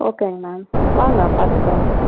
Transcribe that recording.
ஓகேங்க மேம் வாங்க பார்த்துக்கலாம் வாங்க